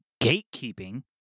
gatekeeping